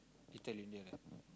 Little-India there